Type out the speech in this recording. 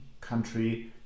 country